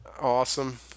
Awesome